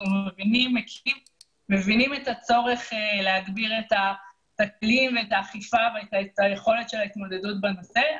אנחנו מבינים את הצורך להגביר את האכיפה ואת היכולת של ההתמודדות בנושא,